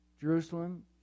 Jerusalem